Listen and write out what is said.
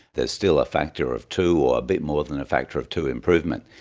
there is still a factor of two or a bit more than a factor of two improvement.